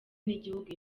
n’igihugu